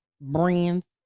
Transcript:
brands